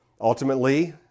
Ultimately